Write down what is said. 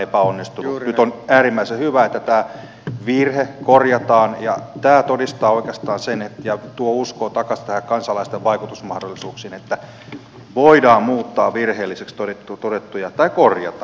nyt on äärimmäisen hyvä että tämä virhe korjataan ja tämä todistaa oikeastaan sen ja tuo uskoa takaisin näihin kansalaisten vaikutusmahdollisuuksiin että virheelliseksi todettuja voidaan muuttaa tai korjata